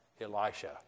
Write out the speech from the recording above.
Elisha